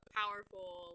powerful